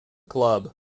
club